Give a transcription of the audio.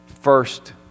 first